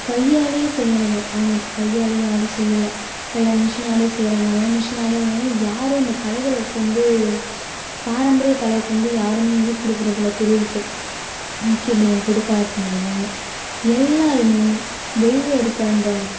கையால் செய்கிறது ஆனால் இப்போ கையால் யாரும் செய்யலை எல்லாம் மிஷினால் செய்கிறாங்க அதனால் மிஷின்னால் வந்துட்டு யாரும் இந்த கலைகளை உக் வந்து பாரம்பரிய கலைக்கு வந்து யாருமே இது கொடுக்கறதில்ல தொழிலுக்கு முக்கியத்துவம் கொடுக்காத்துனால எல்லோருமே வெளியில் இருக்கற அந்த